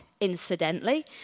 incidentally